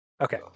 Okay